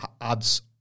adds